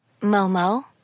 Momo